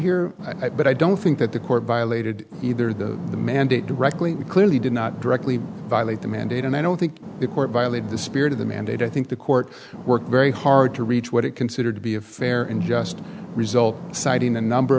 here but i don't think that the court violated either that the mandate directly clearly did not directly violate the mandate and i don't think the court violated the spirit of the mandate i think the court worked very hard to reach what it considered to be a fair and just result citing a number